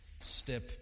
step